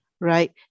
right